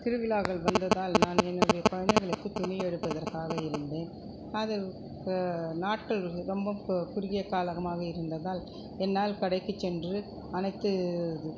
திருவிழாக்கள் வந்ததால் நான் என்னுடைய குழந்தைகளுக்கு துணி எடுப்பதற்காக இருந்தேன் அது நாட்கள் ரொம்ப குறுகிய காலமாக இருந்ததால் என்னால் கடைக்கு சென்று அனைத்து